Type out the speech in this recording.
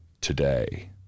today